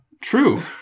True